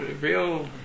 Real